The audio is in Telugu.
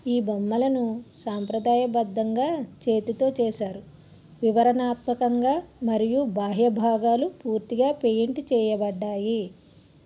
ఈ బొమ్మలను సాంప్రదాయబద్ధంగా చేతితో చేశారు వివరణాత్మకంగా మరియు బాహ్య భాగాలు పూర్తిగా పెయింట్ చేయబడ్డాయి